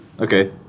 okay